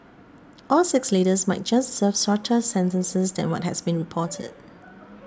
all six leaders might just serve shorter sentences than what has been reported